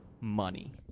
money